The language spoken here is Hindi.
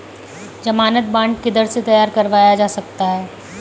ज़मानत बॉन्ड किधर से तैयार करवाया जा सकता है?